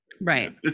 Right